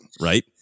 right